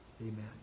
Amen